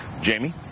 Jamie